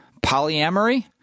Polyamory